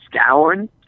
scouring